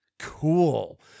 Cool